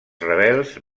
rebels